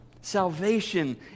Salvation